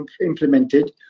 implemented